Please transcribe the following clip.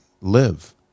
live